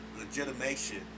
Legitimation